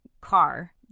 car